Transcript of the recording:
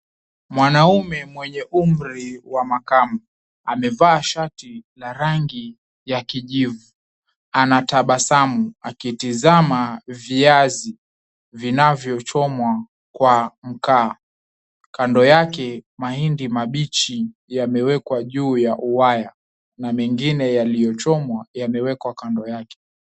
Mwanaume mwenye umri wa makamo, amevaa shati la rangi ya kijivu. Anatabasamu akitizama viazi vinavyochomwa kwa mkaa. Kando yake mahindi mabichi yamewekwa juu ya waya na mengine yaliyochomwa yamewekwa kando yake.